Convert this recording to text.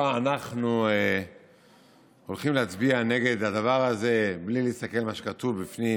אנחנו הולכים להצביע נגד הדבר הזה בלי להסתכל על מה שכתוב בפנים.